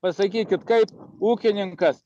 pasakykit kaip ūkininkas